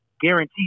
guaranteed